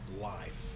life